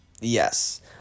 Yes